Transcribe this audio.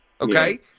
Okay